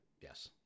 Yes